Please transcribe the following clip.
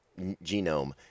genome